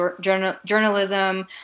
journalism